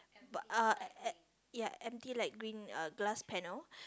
but uh e~ ya empty light green uh glass panel